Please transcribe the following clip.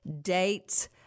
dates